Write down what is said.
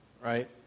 Right